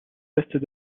ouest